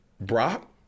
Brock